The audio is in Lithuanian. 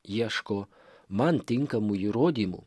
ieško man tinkamų įrodymų